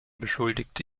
beschuldigte